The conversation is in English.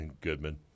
Goodman